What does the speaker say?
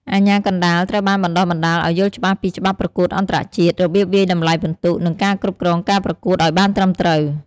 អាជ្ញាកណ្តាល ត្រូវបានបណ្តុះបណ្តាលឲ្យយល់ច្បាស់ពីច្បាប់ប្រកួតអន្តរជាតិ របៀបវាយតម្លៃពិន្ទុ និងការគ្រប់គ្រងការប្រកួតឲ្យបានត្រឹមត្រូវ។